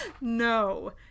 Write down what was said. No